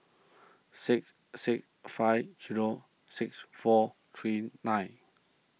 six six five zero six four three nine